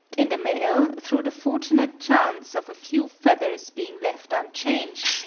in the male through the fortunate chance of a few feathers being left unchanged,